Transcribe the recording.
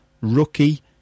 Rookie